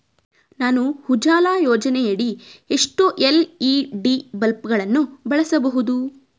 ನಾನು ಉಜಾಲ ಯೋಜನೆಯಡಿ ಎಷ್ಟು ಎಲ್.ಇ.ಡಿ ಬಲ್ಬ್ ಗಳನ್ನು ಬಳಸಬಹುದು?